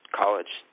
college